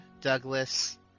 Douglas